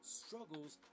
struggles